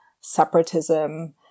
separatism